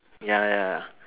ya ya ya